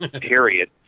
period